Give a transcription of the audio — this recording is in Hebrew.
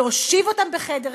להושיב אותם בחדר אחד,